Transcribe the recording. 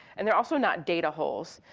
and they're also not data holes.